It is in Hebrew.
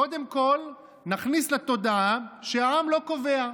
קודם כול נכניס לתודעה שהעם לא קובע,